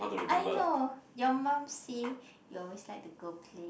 I know your mum say you always like to go play